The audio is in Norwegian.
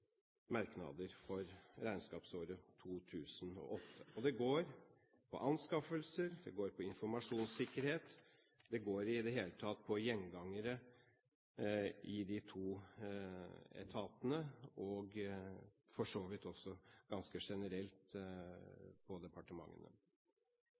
for regnskapsåret 2008. Det går på anskaffelser, det går på informasjonssikkerhet. Det går i det hele tatt på gjengangere i de to etatene og for så vidt også ganske generelt